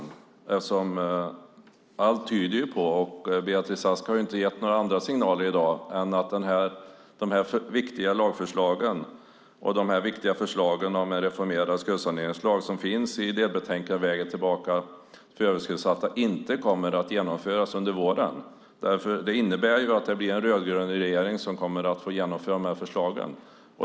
Allt tyder på, och Beatrice Ask har inte gett några andra signaler i dag, att de här viktiga lagförslagen och de viktiga förslag om en reformerad skuldsaneringslag som finns i delbetänkandet Vägen tillbaka för överskuldsatta inte kommer att genomföras under våren. Det innebär att det blir en rödgrön regering som kommer att få genomföra de här förslagen.